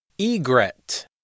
egret